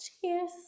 cheers